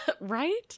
Right